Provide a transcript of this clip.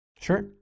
Sure